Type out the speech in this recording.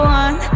one